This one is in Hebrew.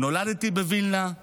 נולדתי בווילנה,